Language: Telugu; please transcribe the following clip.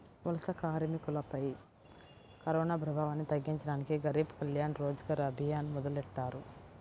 వలస కార్మికులపై కరోనాప్రభావాన్ని తగ్గించడానికి గరీబ్ కళ్యాణ్ రోజ్గర్ అభియాన్ మొదలెట్టారు